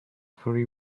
free